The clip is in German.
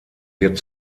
wird